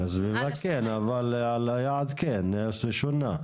על הסביבה כן, אבל על היעד כן, הערך שונה.